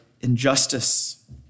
injustice